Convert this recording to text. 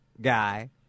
guy